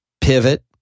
Pivot